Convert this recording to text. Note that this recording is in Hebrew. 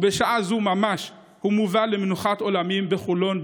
בשעה זו ממש הוא מובא למנוחת עולמים בחולון,